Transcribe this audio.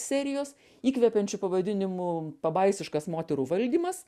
serijos įkvepiančiu pavadinimu pabaisiškas moterų valdymas